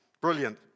Brilliant